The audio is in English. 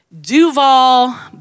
Duval